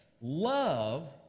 Love